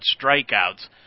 strikeouts